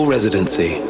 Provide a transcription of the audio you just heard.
Residency